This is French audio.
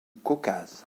caucase